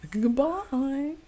Goodbye